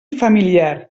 familiar